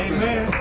Amen